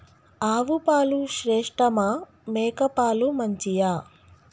ఆవు పాలు శ్రేష్టమా మేక పాలు మంచియా?